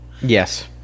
Yes